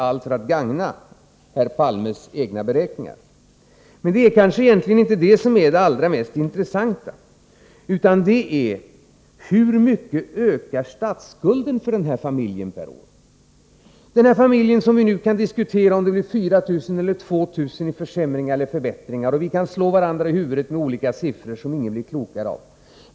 Allt för att gagna herr Palmes egna beräkningar. Men det är kanske inte det som är det allra mest intressanta, utan det är hur mycket statsskulden ökar för den här familjen per år. Vi kan diskutera huruvida det för den här familjen blir 4000 eller 2 000 kr. i försämringar eller förbättringar, och vi kan slå varandra i huvudet med olika siffror som ingen blir klokare av.